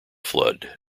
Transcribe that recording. flood